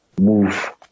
move